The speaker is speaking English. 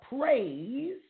praise